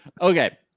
Okay